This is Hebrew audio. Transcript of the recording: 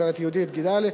גברת יהודית גידלי,